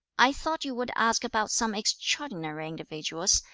i thought you would ask about some extraordinary individuals,